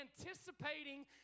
anticipating